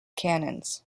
cannons